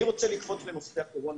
אני רוצה לקפוץ לנושא הקורונה,